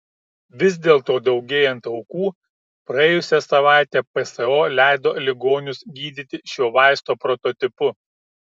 vis dėlto daugėjant aukų praėjusią savaitę pso leido ligonius gydyti šiuo vaisto prototipu